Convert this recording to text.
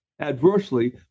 adversely